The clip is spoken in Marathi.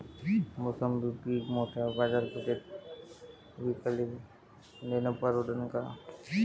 मोसंबी पीक मोठ्या बाजारपेठेत विकाले नेनं परवडन का?